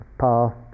past